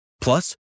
Plus